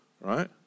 right